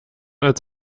als